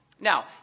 Now